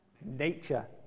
Nature